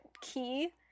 key